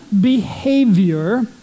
behavior